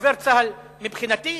דובר צה"ל, מבחינתי,